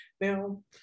Now